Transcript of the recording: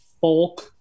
folk